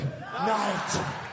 night